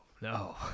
no